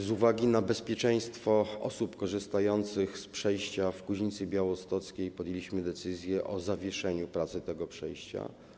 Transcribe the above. Z uwagi na bezpieczeństwo osób korzystających z przejścia w Kuźnicy Białostockiej podjęliśmy decyzję o zawieszeniu pracy tego przejścia.